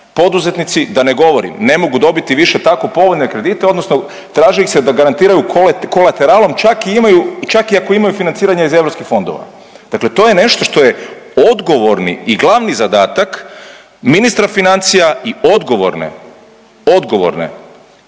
Poduzetnici da ne govorim. Ne mogu dobiti više tako povoljne kredite odnosno traži ih se da garantiraju kolateralom, čak i ako imaju financiranje iz europskih fondova. Dakle, to je nešto što je odgovorni i glavni zadatak ministra financija i odgovorne, odgovorne